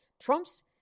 Trump's